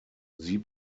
sie